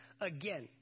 again